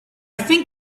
think